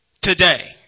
today